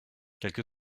quelque